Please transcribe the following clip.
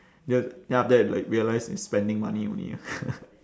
ya then after that like realise I'm spending money only ah